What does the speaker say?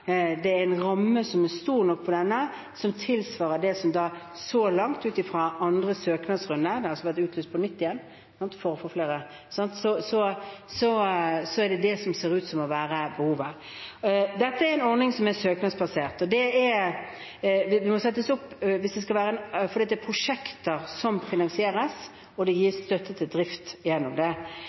det er en ramme som er stor nok, og som tilsvarer det som så langt ut fra andre søknadsrunde ser ut til å være behovet – det har altså vært utlyst på nytt. Dette er en ordning som er søknadsbasert, for det er prosjekter som finansieres, og det gis støtte til drift gjennom det. Hvis man skal ha en annen ordning, krever det en gjennomgang av hvilke kriterier det skal være for å få driftsstøtte. Det